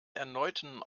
erneuten